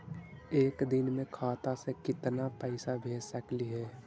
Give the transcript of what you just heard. एक दिन में खाता से केतना पैसा भेज सकली हे?